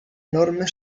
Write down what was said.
enorme